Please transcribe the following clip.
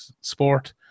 sport